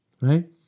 Right